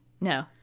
no